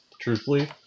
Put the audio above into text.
Truthfully